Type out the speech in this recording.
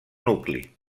nucli